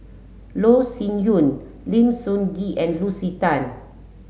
Loh Sin Yun Lim Sun Gee and Lucy Tan